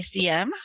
ICM